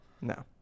no